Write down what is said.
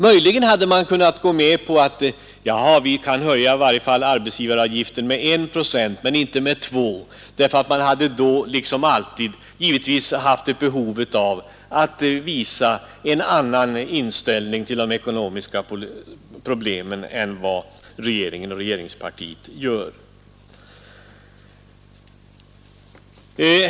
Möjligen kanske ni kunnat gå med på att höja arbetsgivaravgiften med 1 procent men inte med 2; ni skulle givetvis då som alltid haft behov av att visa en annan inställning till de ekonomiska problemen än vad regeringen och regeringspartiet har.